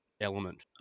element